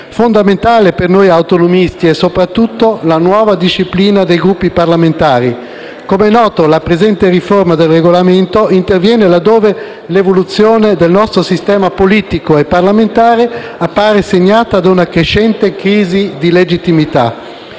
Fondamentale per noi autonomisti è, soprattutto, la nuova disciplina dei Gruppi parlamentari. Com'è noto, la presente riforma del Regolamento interviene là dove l'evoluzione del nostro sistema politico e parlamentare appare segnata da una crescente crisi di legittimità.